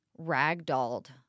ragdolled